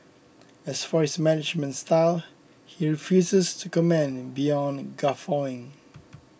as for his management style he refuses to comment beyond guffawing